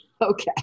Okay